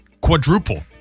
quadruple